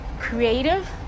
creative